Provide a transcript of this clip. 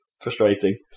frustrating